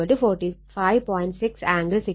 6 angle 60